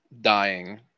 dying